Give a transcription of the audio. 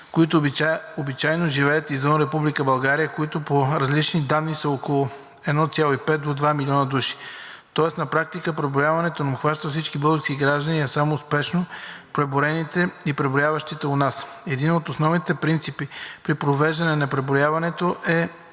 които обичайно живеят извън Република България, които по различни данни са около 1,5 до 2 милиона души, тоест на практика преброяването не обхваща всички български граждани, а само успешно преброените от пребиваващите у нас. Един от основните принципи при провеждане на преброяването е